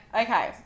Okay